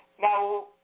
Now